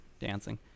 dancing